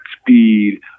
speed